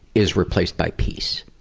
is replaced by peace.